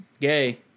gay